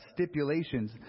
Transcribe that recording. stipulations